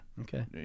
Okay